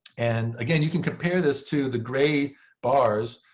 and again, you can compare this to the gray bars.